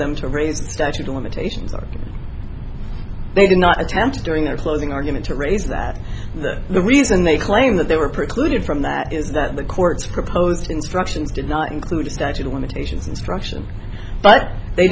them to raise the statute of limitations are they did not attempt to during their closing argument to raise that the reason they claim that they were precluded from that is that the court's proposed instructions did not include a statute of limitations instruction but they